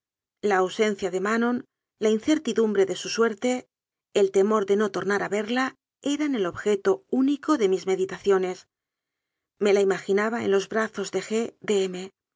la ausencia de manon la incertidumbre de su suerte el temor de no tomar a verla ran el objeto úni co de mis meditaciones me la imaginaba en los brazos de g de